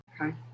okay